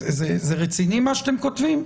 זה אנחנו, הכנסת, צריכים לעשות את זה